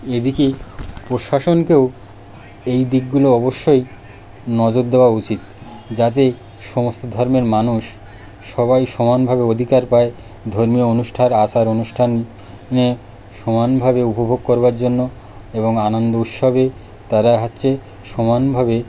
এদিকে প্রশাসনকেও এই দিকগুলো অবশ্যই নজর দেওয়া উচিত যাতে সমস্ত ধর্মের মানুষ সবাই সমানভাবে অধিকার পায় ধর্মীয় অনুষ্ঠান আচার অনুষ্ঠান নে সমানভাবে উপভোগ করবার জন্য এবং আনন্দ উৎসবে তারা হচ্ছে সমানভাবে